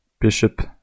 bishop